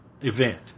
event